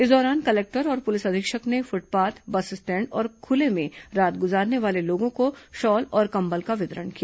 इस दौरान कलेक्टर और पुलिस अधीक्षक ने फुटपाथ बस स्टैण्ड और खुले में रात गुजारने वाले लोगों को शॉल और कंबल का वितरण किया